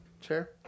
chair